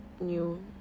new